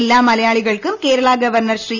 എല്ലാ മലയാളികൾക്കും കേരള ഗവർണർ ശ്രീ